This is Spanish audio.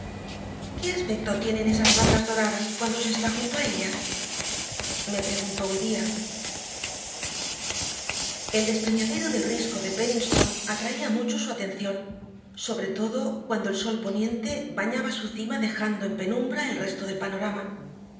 qué aspecto tienen esas rocas doradas cuando se está junto a ellas me preguntó un día el despeñadero del risco de penniston atraía mucho su atención sobre todo cuando el sol poniente bañaba su cima dejando en penumbra el resto del panorama